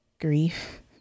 grief